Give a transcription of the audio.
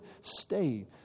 stay